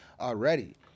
already